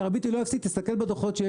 הריבית לא אפסית, תסתכל בדוחות.